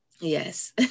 Yes